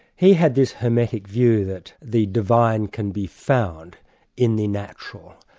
he had this hermetic view that the divine can be found in the natural.